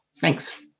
Thanks